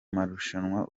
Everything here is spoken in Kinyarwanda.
marushanwa